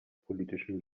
politischen